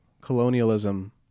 colonialism